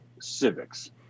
civics